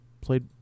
played